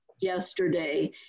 yesterday